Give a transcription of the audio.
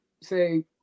say